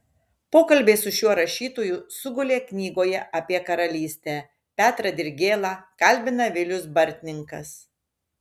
pokalbiai su šiuo rašytoju sugulė knygoje apie karalystę petrą dirgėlą kalbina vilius bartninkas